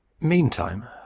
Meantime